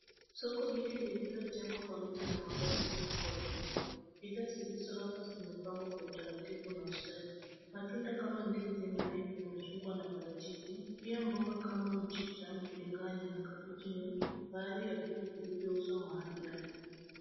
Soko hili lililojengwa kwa miti na mabati ni kubwa ajabu. Bidhaa zilizo hapa zimepangwa kwa utaratibu na ustadi. Matunda kama ndizi, maembe , machungwa na maparachichi pia mboga kama mchicha, biringanya na kabichi ni baadhi ya vitu vilivyouzwa mahali hapa.